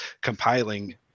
compiling